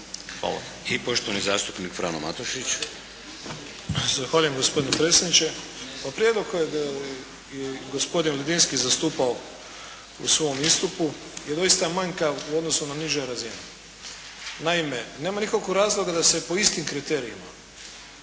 Matušić. **Matušić, Frano (HDZ)** Zahvaljujem gospodine predsjedniče. Pa prijedlog kojeg je i gospodin Ledinski zastupao u svom istupu je doista manjkav u odnosu na niže razine. Naime, nema nikakvog razloga da se po istim kriterijima